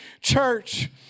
church